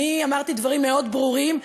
אני אמרתי דברים מאוד ברורים,